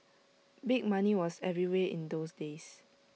big money was everywhere in those days